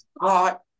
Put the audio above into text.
hot